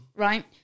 Right